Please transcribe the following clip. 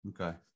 okay